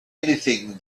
anything